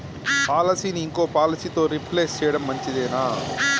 పాలసీని ఇంకో పాలసీతో రీప్లేస్ చేయడం మంచిదేనా?